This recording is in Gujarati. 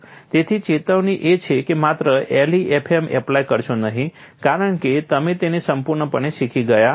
તેથી ચેતવણી એ છે કે માત્ર LEFM એપ્લાય કરશો નહીં કારણ કે તમે તેને સંપૂર્ણપણે શીખી ગયા છો